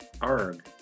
Arg